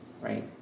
right